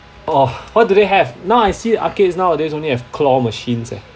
orh what do they have now I see arcades nowadays only have claw machines eh